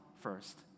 first